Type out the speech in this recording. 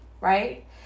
right